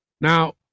Now